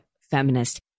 Feminist